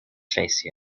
face